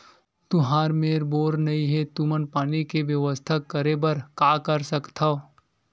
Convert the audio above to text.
तुहर मेर बोर नइ हे तुमन पानी के बेवस्था करेबर का कर सकथव?